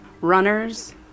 Runners